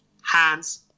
Hands